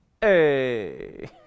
Hey